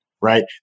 Right